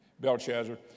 Belshazzar